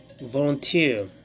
volunteer